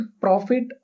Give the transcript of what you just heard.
profit